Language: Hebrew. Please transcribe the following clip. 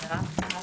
בשעה